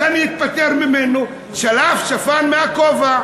שלף שפן מהכובע: